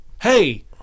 hey